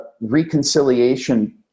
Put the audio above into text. reconciliation